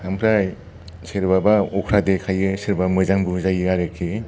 ओमफ्राय सोरबाबा अख्रा देखायो सोरबा मोजां बुजायो आरोखि